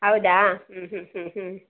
ಹೌದಾ ಹ್ಞೂ ಹ್ಞೂ ಹ್ಞೂ ಹ್ಞೂ